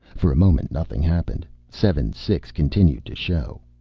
for a moment nothing happened. seven six continued to show.